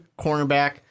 cornerback